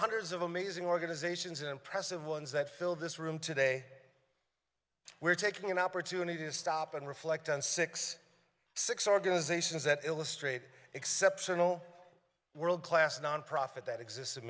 hundreds of amazing organizations impressive ones that fill this room today we're taking an opportunity to stop and reflect on six six organizations that illustrate exceptional world class nonprofit that exists in